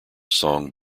song